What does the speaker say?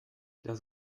das